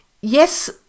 yes